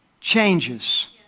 changes